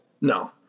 No